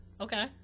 Okay